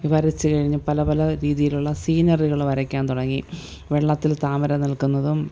വരച്ചു കഴിഞ്ഞു പല പല രീതിയിലുള്ള സീനറികൾ വരയ്ക്കാൻ തുടങ്ങി വെള്ളത്തിൽ താമര നിൽക്കുന്നതും